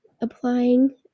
applying